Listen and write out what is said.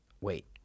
Wait